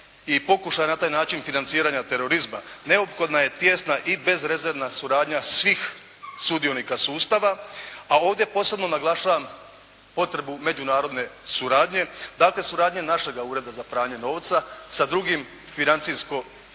i pokušaja na taj način financiranja terorizma neophodna je tijesna i bezrezervna suradnja svih sudionika sustava, a ovdje posebno naglašavam potrebu međunarodne suradnje. Dakle, suradnje našega Ureda za pranje novca sa drugim financijsko-analitičkim